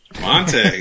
Monte